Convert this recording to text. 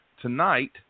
tonight